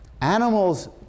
Animals